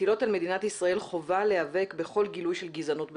מטילות על מדינת ישראל חובה להיאבק בכל גילוי של גזענות בתוכה,